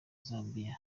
zambia